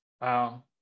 wow